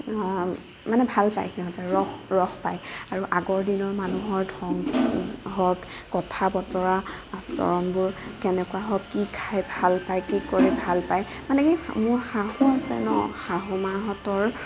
মানে ভাল পায় সিহঁতে ৰস ৰস পায় আৰু আগৰ দিনৰ মানুহৰ ধং হওক কথা বতৰা আচৰণবোৰ কেনেকুৱা হয় কি খাই ভাল পায় কি কৰি ভাল পায় মানে মোৰ শাহু আছে ন শাহু মাহঁতৰ